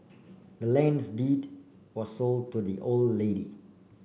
the land's deed were sold to the old lady